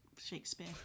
Shakespeare